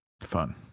Fun